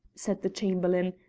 said the chamberlain.